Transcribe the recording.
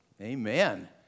Amen